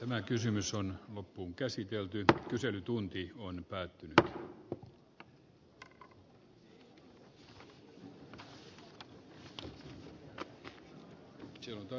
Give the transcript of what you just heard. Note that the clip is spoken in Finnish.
me kysymys on loppuun käsitelty kyselytunti on pääty entistä enemmän